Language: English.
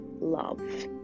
love